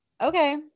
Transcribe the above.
okay